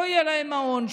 לא יהיה להם מעון,